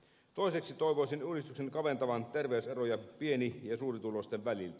toiseksi toivoisin uudistuksen kaventavan terveyseroja pieni ja suurituloisten väliltä